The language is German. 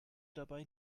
dabei